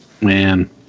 man